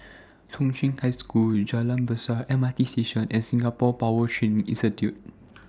Chung Cheng High School Jalan Besar M R T Station and Singapore Power Training Institute